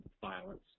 violence